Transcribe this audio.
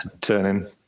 turning